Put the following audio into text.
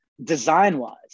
design-wise